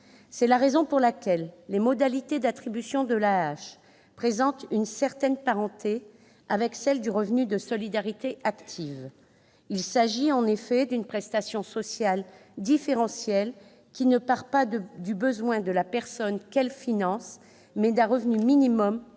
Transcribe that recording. C'est la raison pour laquelle les modalités d'attribution de l'AAH présentent une certaine parenté avec celles du revenu de solidarité active. Il s'agit, en effet, d'une prestation sociale différentielle, qui part non pas du besoin de la personne qu'elle finance, mais d'un revenu minimum